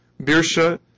Birsha